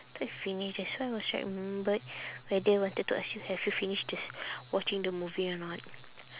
thought you finished that's why was right I remembered whether wanted to ask you have you finished this watching the movie or not